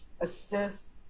assist